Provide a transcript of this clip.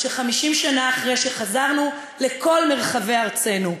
50 שנה אחרי שחזרנו לכל מרחבי ארצנו,